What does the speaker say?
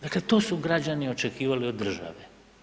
Dakle, to su građani očekivali od države.